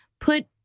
put